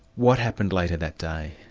what happened later that day?